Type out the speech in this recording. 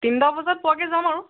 তিনিটা বজাত পোৱাকৈ যাম আৰু